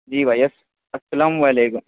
جی بھائی یس السّلام علیکم